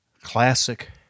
Classic